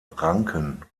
ranken